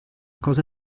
cosa